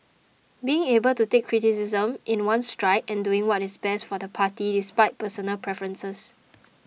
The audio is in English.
being able to take criticism in one's stride and doing what is best for the party despite personal preferences